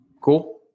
Cool